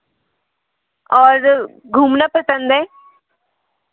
और घूमना पसंद है